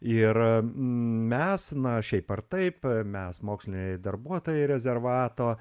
ir mes na šiaip ar taip mes moksliniai darbuotojai rezervato